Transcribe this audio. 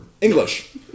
English